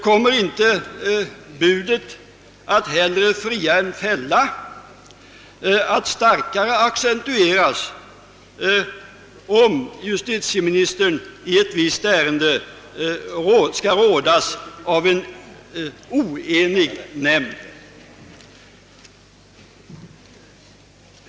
Kommer inte regeln att hellre fria än fälla att starkare accentueras, om justitieministern i ett visst ärende skall rådas av en oenig nämnd?